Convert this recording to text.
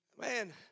man